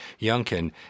Youngkin